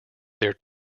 their